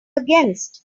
against